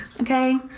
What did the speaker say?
Okay